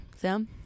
Sam